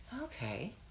okay